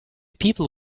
people